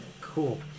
Cool